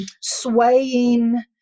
swaying